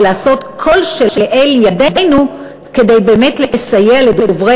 ולעשות כל שלאל ידנו כדי לסייע לדוברי